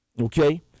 okay